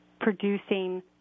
producing